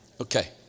Okay